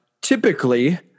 typically